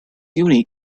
unique